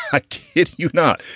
i kid you not.